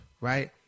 right